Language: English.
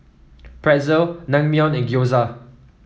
Pretzel Naengmyeon and Gyoza